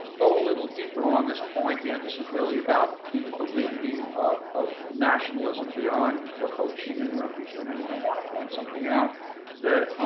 go a little deeper on this point, and this is really about the validity of of nationalism beyond what ho chi minh represented. and and i want to point something out that,